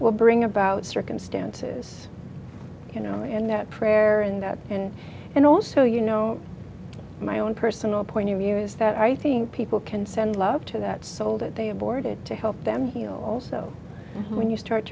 will bring about circumstances you know and that prayer and that and and also you know my own personal point of view is that i think people can send love to that soul that they aborted to help them heal also when you start